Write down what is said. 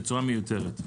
בצורה מיותרת.